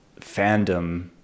fandom